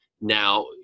now